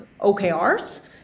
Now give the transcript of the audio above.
OKRs